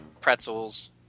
pretzels